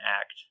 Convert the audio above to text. act